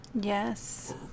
Yes